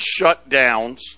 shutdowns